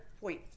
point